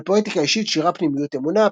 "על פואטיקה אישית - שירה, פנימיות, אמונה".